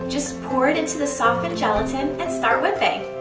just pour it into the softened gelatin and start whipping.